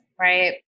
Right